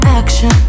action